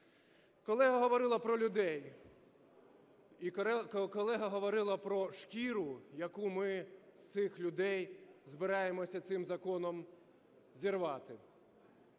Колега говорила про людей і колега говорила про шкіру, яку ми з цих людей збираємося цим законом зірвати.